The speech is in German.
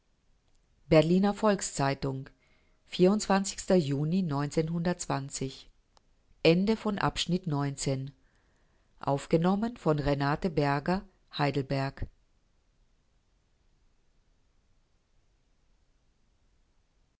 berliner volks-zeitung juni